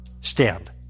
stand